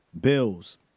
Bills